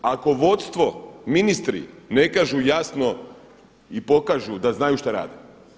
Ako vodstvo, ministri ne kažu jasno i pokažu da znaju šta rade.